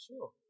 Sure